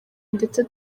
ndetse